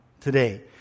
today